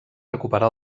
recuperar